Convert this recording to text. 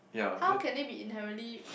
how can they be inherently